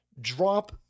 drop